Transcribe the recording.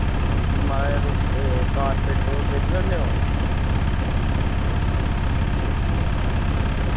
म्हाराज तुस कॉरपेट तुस बेचने होने ओ